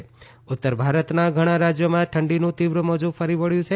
ત ઉત્તરભારતના ઘણા રાજ્યોમાં ઠંડીનું તીવ્ર મોજું ફરી વળ્યું છે